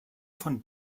von